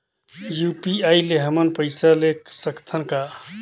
UPI ले हमन पइसा ले सकथन कौन?